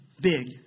big